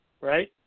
right